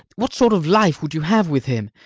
what sort of life would you have with him?